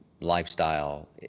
lifestyle